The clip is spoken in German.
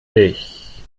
dich